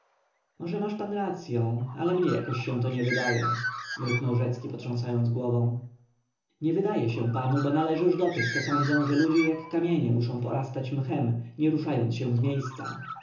może masz pan racyą ale mnie jakoś się to nie wydaje mruknął rzecki potrząsając głową nie wydaje się panu bo należysz do tych co sądzą że ludzie jak kamienie muszą porastać mchem nie ruszając się z miejsca